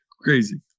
crazy